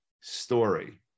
story